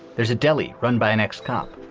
there's a deli run by an ex cop.